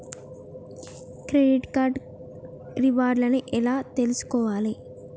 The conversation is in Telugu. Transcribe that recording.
క్రెడిట్ కార్డు రివార్డ్ లను ఎట్ల తెలుసుకోవాలే?